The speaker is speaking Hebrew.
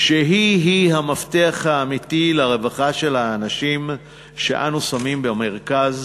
שהיא היא המפתח האמיתי לרווחה של האנשים שאנו שמים במרכז